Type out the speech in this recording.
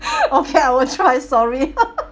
okay I will try sorry